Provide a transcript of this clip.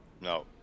No